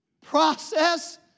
process